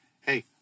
Hey